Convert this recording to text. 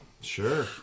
Sure